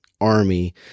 army